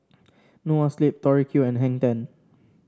Noa Sleep Tori Q and Hang Ten